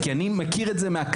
כי אני מכיר את זה מהקצה,